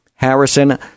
Harrison